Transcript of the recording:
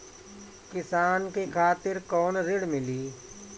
किसान के खातिर कौन ऋण मिली?